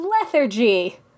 lethargy